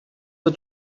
the